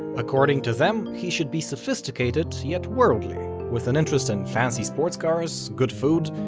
according to them he should be sophisticated, yet worldly, with an interest in fancy sports cars, good food,